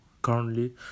Currently